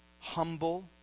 humble